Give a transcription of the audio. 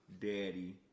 daddy